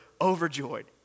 overjoyed